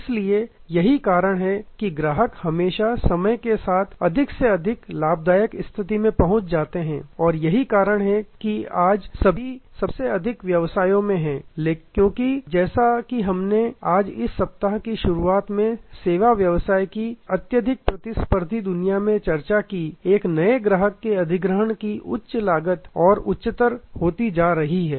इसलिए यही कारण है कि ग्राहक हमेशा समय के साथ अधिक से अधिक लाभदायक परिस्थिति में पहुंच जाते हैं और यही कारण है कि आज सभी सबसे अधिक व्यवसायों में है क्योंकि जैसा कि हमने आज इस सप्ताह की शुरुआत में सेवा व्यवसाय की अत्यधिक हाइपर प्रतिस्पर्धी दुनिया में चर्चा की एक नए ग्राहक के अधिग्रहण की लागत उच्च और उच्चतर होती जा रही है